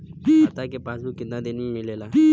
खाता के पासबुक कितना दिन में मिलेला?